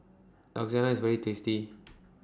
Lasagne IS very tasty